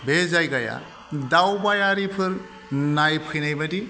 बे जायगाया दावबायारिफोर नायफैनाय बायदि